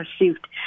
received